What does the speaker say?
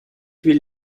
will